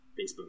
Facebook